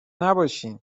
نباشین